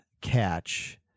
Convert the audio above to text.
catch